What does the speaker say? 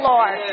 Lord